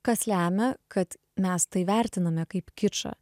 kas lemia kad mes tai vertiname kaip kičą